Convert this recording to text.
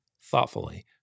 thoughtfully